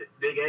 big